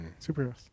superheroes